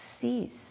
cease